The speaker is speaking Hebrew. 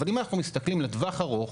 אם אנחנו מסתכלים לטווח ארוך,